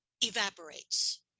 evaporates